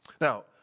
Now